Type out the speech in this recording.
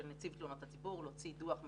נציב תלונות הציבור להוציא דוח מיוחד,